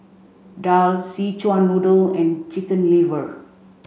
Daal Szechuan Noodle and Chicken Liver